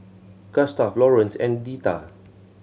Gustaf Lawrance and Deetta